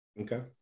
Okay